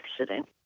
accident